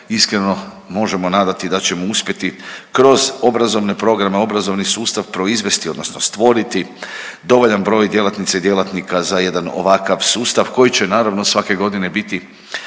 iskreno možemo nadati da ćemo uspjeti kroz obrazovne programe, obrazovni sustav proizvesti odnosno stvoriti dovoljan broj djelatnica i djelatnika za jedan ovakav sustav koji će naravno svake godine biti